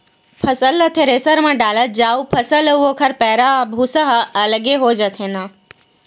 फसल ल थेरेसर म डालत जा अउ फसल अउ ओखर पैरा, भूसा ह अलगे हो जाथे न